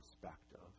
perspective